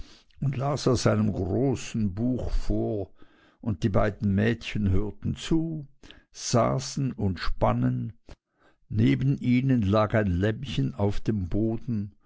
und las aus einem großen buche vor und die beiden mädchen hörten zu saßen und spannen neben ihnen lag ein lämmchen auf dem boden